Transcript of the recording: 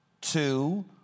Two